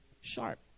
sharp